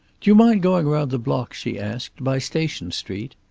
do you mind going around the block? she asked. by station street?